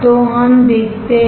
तो हम देखते हैं